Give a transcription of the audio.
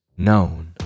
Known